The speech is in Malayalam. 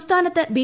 സംസ്ഥാനത്ത് ബി